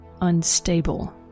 unstable